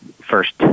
first